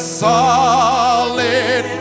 solid